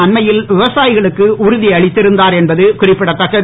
அன்மையில் விவசாயிகளுக்கு உறுதியளித்திருந்தார் என்பது குறிப்பிடத்தக்கது